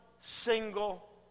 single